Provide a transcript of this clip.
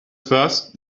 thirst